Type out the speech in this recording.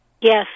Yes